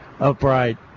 upright